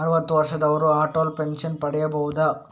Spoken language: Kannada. ಅರುವತ್ತು ವರ್ಷದವರು ಅಟಲ್ ಪೆನ್ಷನ್ ಪಡೆಯಬಹುದ?